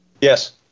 Yes